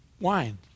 wine